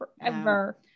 forever